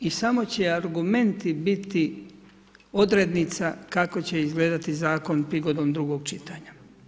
I samo će argumenti biti odrednica kako će izgledati Zakon prigodom drugog čitanja.